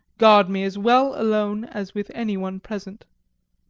guard me as well alone as with any one present.